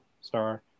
star